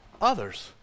others